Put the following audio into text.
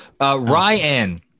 Ryan